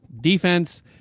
defense